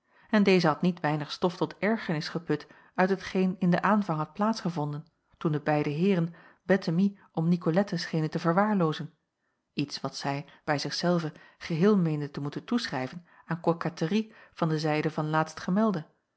en deze had niet weinig stof tot ergernis geput uit hetgeen in den aanvang had plaats gevonden toen de beide heeren bettemie om nicolette schenen te verwaarloozen iets wat zij bij zich zelve geheel meende te moeten toeschrijven aan koketterie van de zijde van